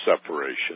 separation